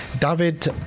David